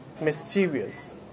Mischievous